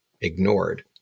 ignored